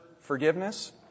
forgiveness